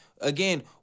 again